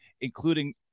including